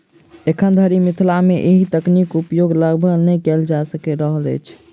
एखन धरि मिथिला मे एहि तकनीक उपयोग लगभग नै कयल जा रहल अछि